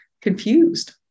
confused